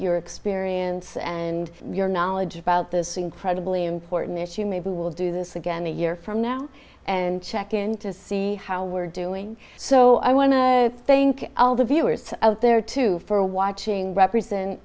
your experience and your knowledge about this incredibly important issue maybe we'll do this again a year from now and check in to see how we're doing so i want to thank all the viewers out there too for watching represent